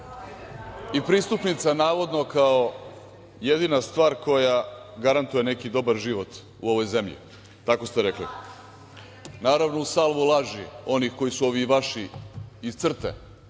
i pristupnica, navodno, kao jedina stvar koja garantuje neki dobar život u ovoj zemlji, tako ste rekli. Naravno, uz salvu laži onih koji su ovi vaši iz CRTE